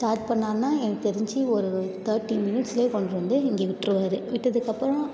start பண்ணிணார்னா எனக்கு தெரிஞ்சு ஒரு தேர்டி மினிட்ஸிலே கொண்டுகிட்டு வந்து இங்கே விட்டுருவாரு விட்டதுக்கப்புறம்